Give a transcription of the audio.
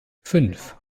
fünf